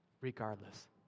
regardless